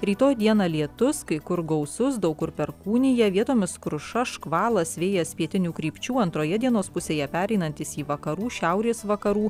rytoj dieną lietus kai kur gausus daug kur perkūnija vietomis kruša škvalas vėjas pietinių krypčių antroje dienos pusėje pereinantis į vakarų šiaurės vakarų